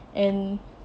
and